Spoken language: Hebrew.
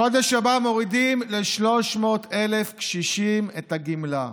בחודש הבא מורידים ל-300,000 קשישים את הגמלה.